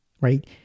right